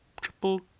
triple